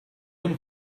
him